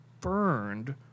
burned